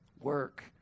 Work